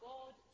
God